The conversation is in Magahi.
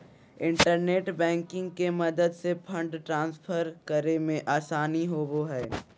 इंटरनेट बैंकिंग के मदद से फंड ट्रांसफर करे मे आसानी होवो हय